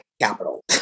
capital